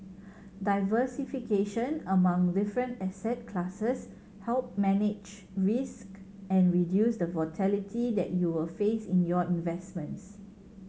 diversification among different asset classes help manage risk and reduce the volatility that you will face in your investments